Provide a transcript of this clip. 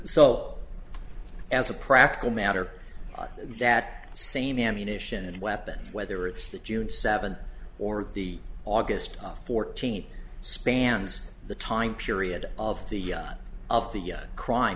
so as a practical matter that same ammunition and weapons whether it's the june seventh or the august fourteenth spans the time period of the of the crime